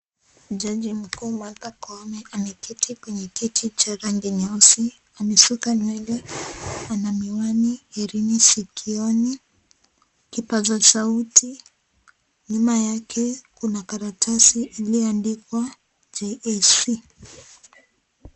Jaji mkuu Martha Koome ameketi kwenye kiti cha rangi nyeusi, amesuka nywele, ana miwani, herini sikioni, kipazasauti, nyuma yake kuna karatasi iliyoandikwa JSC.